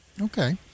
Okay